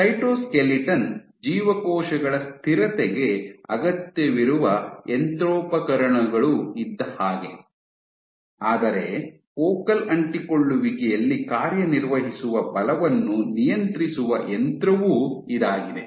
cytoskeleton ಜೀವಕೋಶಗಳ ಸ್ಥಿರತೆಗೆ ಅಗತ್ಯವಿರುವ ಯಂತ್ರೋಪಕರಣಗಳು ಇದ್ದ ಹಾಗೆ ಆದರೆ ಫೋಕಲ್ ಅಂಟಿಕೊಳ್ಳುವಿಕೆಯಲ್ಲಿ ಕಾರ್ಯನಿರ್ವಹಿಸುವ ಬಲವನ್ನು ನಿಯಂತ್ರಿಸುವ ಯಂತ್ರವೂ ಇದಾಗಿದೆ